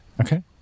Okay